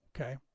okay